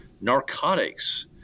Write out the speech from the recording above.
narcotics